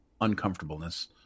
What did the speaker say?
uncomfortableness